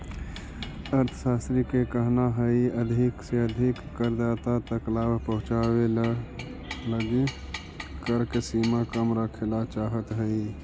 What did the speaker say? अर्थशास्त्रि के कहना हई की अधिक से अधिक करदाता तक लाभ पहुंचावे के लगी कर के सीमा कम रखेला चाहत हई